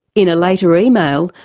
in a later email,